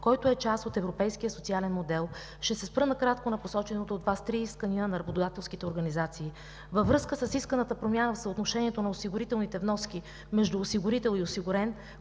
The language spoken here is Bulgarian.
който е част от европейския социален модел. Ще се спра накратко на посочените от Вас три искания на работодателските организации. Във връзка с исканата промяна в съотношението на осигурителните вноски между осигурител и осигурен,